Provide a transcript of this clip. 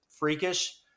Freakish